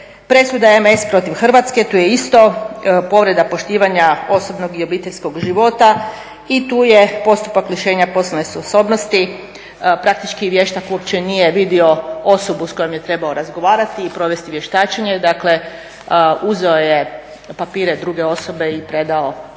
razumije./… protiv Hrvatske, tu je isto povreda poštivanja osobnog i obiteljskog života i tu je postupak lišenja poslovne sposobnosti praktički vještak uopće nije vidio osobu s kojom je trebao razgovarati i provest vještačenje. Dakle uzeo je papire druge osobe i predao u